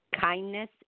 Kindness